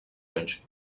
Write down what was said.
anys